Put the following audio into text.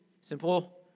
simple